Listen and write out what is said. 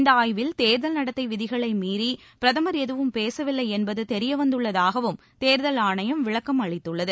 இந்த ஆய்வில் தேர்தல் நடத்தை விதிகளை மீறி பிரதமர் எதுவும் பேசவில்லை என்பது தெரியவந்துள்ளதாகவும் தேர்தல் ஆணையம் விளக்கம் அளித்துள்ளது